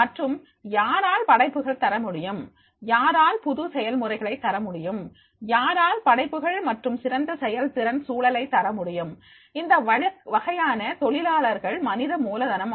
மற்றும் யாரால் படைப்புகளை தர முடியும் யாரால் புது செயல்முறைகளை தரமுடியும் யாரால் படைப்புகள் மற்றும் சிறந்த செயல்திறன் சூழலை தரமுடியும் இந்த வகையான தொழிலாளர்கள் மனித மூலதனம் ஆவர்